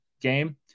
game